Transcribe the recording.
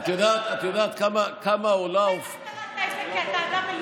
בטח קראת את זה, כי אתה אדם מלומד.